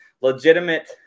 legitimate